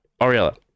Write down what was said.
Ariella